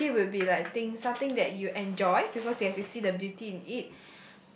beauty would be like thing something that you enjoy because you have to see the beauty in it